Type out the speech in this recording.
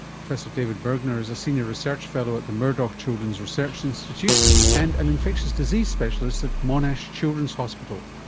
professor david burgner is a senior research fellow at the murdoch children's research institute and an infectious disease specialist at monash children's hospital.